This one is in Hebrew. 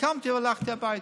קמתי והלכתי הביתה.